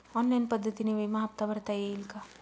Online पद्धतीने विमा हफ्ता भरता येईल का?